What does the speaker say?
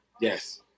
Yes